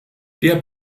der